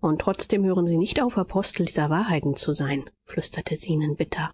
und trotzdem hören sie nicht auf apostel dieser wahrheiten zu sein flüsterte zenon bitter